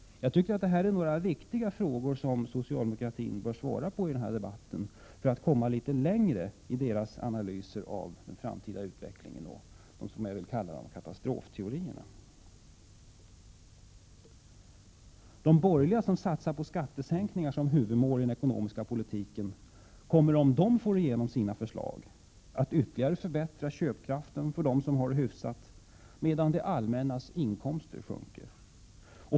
Detta är några viktiga frågor som socialdemokratin bör svara på i denna debatt, för att komma litet längre i sina analyser av den framtida utvecklingen, som jag kallar katastrofteorierna. De borgerliga, som satsar på skattesänkningar som huvudmål i den ekonomiska politiken, kommer om de får igenom sina förslag att ytterligare förbättra köpkraften för dem som har det hyfsat, medan det allmännas inkomster sjunker.